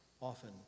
often